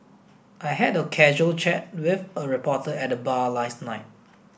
I had a casual chat with a reporter at the bar last night